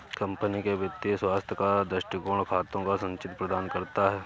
company के वित्तीय स्वास्थ्य का दृष्टिकोण खातों का संचित्र प्रदान करता है